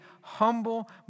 humble